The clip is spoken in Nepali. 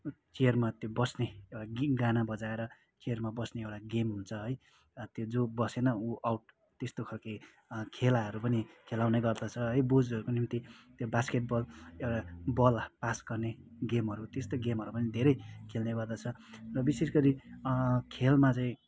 चेयरमा त्यो बस्ने एउटा गाना बजाएर चेयरमा बस्ने एउटा गेम हुन्छ है त्यो जो बसेन उ आउट त्यस्तो खालको खेलाहरू पनि खेलाउने गर्दछ है बोजूहरूको निम्ति त्यो बास्केटबल एउटा बल पास गर्ने गेमहरू त्यस्तो गेमहरू पनि धेरै खेल्ने गर्दछ र विशेष गरी खेलमा चाहिँ